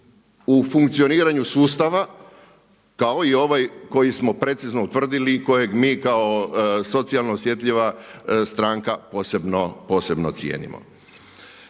u funkcioniranju sustava kao i ovaj koji smo precizno utvrdili i kojeg mi kao socijalno osjetljiva stranka posebno cijenimo.